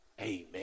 Amen